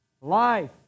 life